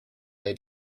they